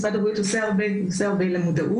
משרד הבריאות עושה הרבה, עושה הרבה למודעות.